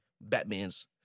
Batman's